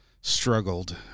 struggled